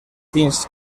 fins